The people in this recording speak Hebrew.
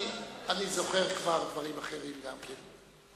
אני זוכר כבר דברים אחרים גם כן.